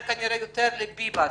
השאלה הזאת מופנית יותר לחיים ביבס.